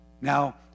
Now